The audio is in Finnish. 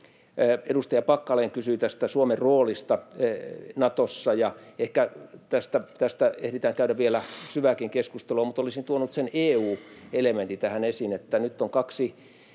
Edustaja Packalén kysyi Suomen roolista Natossa, ja ehkä tästä ehditään käydä vielä syvääkin keskustelua, mutta olisin tuonut sen EU-elementin tähän esiin,